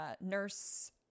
nurse